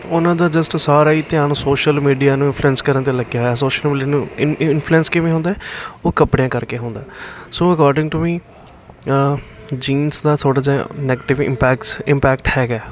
ਉਹਨਾਂ ਦਾ ਜਸਟ ਸਾਰਾ ਹੀ ਧਿਆਨ ਸੋਸ਼ਲ ਮੀਡੀਆ ਨੂੰ ਇਨਫਲੂਐਂਸ ਕਰਨ 'ਤੇ ਲੱਗਿਆ ਹੋਇਆ ਸੋਸ਼ਲ ਮੀਲੀਆ ਨੂੰ ਇਨਫਲੂਐਂਸ ਕਿਵੇਂ ਹੁੰਦਾ ਉਹ ਕੱਪੜਿਆਂ ਕਰਕੇ ਹੁੰਦਾ so according to me jeans ਦਾ ਥੋੜ੍ਹਾ ਜਿਹਾ ਨੈਗਟਿਵ ਇਮਪੈਕਸ ਇੰਪੈਕਟ ਹੈਗਾ